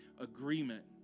agreement